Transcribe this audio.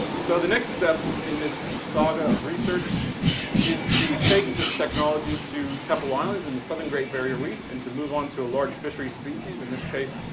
so the next step in this saga of research is to take this technology to keppel islands in the southern great barrier reef and to move onto a large fisheries species, in this case,